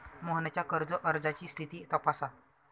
मोहनच्या कर्ज अर्जाची स्थिती तपासा